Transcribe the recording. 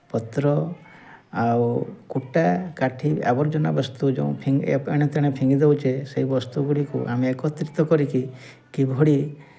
ପତ୍ର ଆଉ କୁଟା କାଠି ଆବର୍ଜନା ବସ୍ତୁ ଯେଉଁ ଏଣେତେଣେ ଫିଙ୍ଗି ଦେଉଛେ ସେହି ବସ୍ତୁ ଗୁଡ଼ିକୁ ଆମେ ଏକତ୍ରିତ କରିକି କିଭଳି